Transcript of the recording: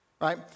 right